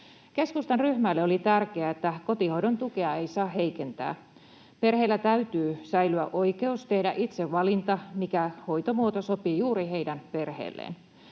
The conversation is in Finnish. Keskustan ryhmälle oli tärkeää, että kotihoidon tukea ei saa heikentää. Perheillä täytyy säilyä oikeus tehdä itse valinta, mikä hoitomuoto sopii juuri heidän perheelleen.